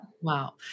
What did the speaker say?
Wow